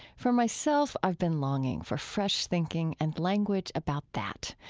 for myself, i've been longing for fresh thinking and language about that.